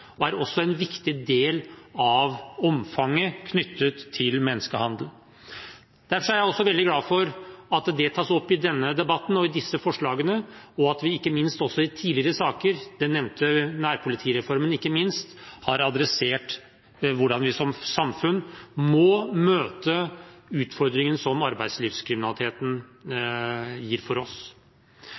og er også en viktig del av omfanget av menneskehandel. Derfor er jeg også veldig glad for at det tas opp i denne debatten og i disse forslagene, og at vi ikke minst også i tidligere saker – den nevnte nærpolitireformen ikke minst – har adressert hvordan vi som samfunn må møte utfordringene som arbeidslivskriminaliteten gir oss.